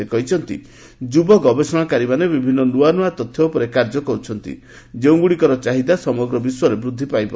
ସେ କହିଛନ୍ତି ଯୁବ ଗବେଷଣାକାରୀମାନେ ବିଭିନ୍ନ ନୂଆ ନୂଆ ତଥ୍ୟ ଉପରେ କାର୍ଯ୍ୟ କରୁଛନ୍ତି ଯେଉଁଗୁଡ଼ିକର ଚାହିଦା ସମଗ୍ର ବିଶ୍ୱରେ ବୃଦ୍ଧି ପାଇବ